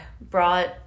brought